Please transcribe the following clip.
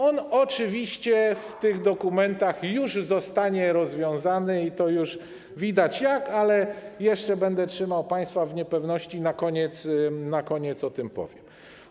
On oczywiście w tych dokumentach już zostanie rozwiązany i już widać jak, ale jeszcze będę trzymał państwa w niepewności, na koniec o tym powiem.